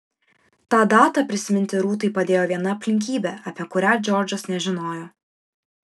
tą datą prisiminti rūtai padėjo viena aplinkybė apie kurią džordžas nežinojo